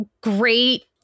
great